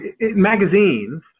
magazines